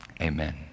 amen